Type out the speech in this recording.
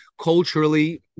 Culturally